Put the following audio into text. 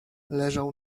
leżał